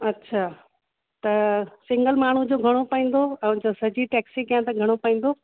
अच्छा त सिंगल माण्हूं जो घणो पवंदो ऐं जो सजी टैक्सी कयां त घणो पवंदो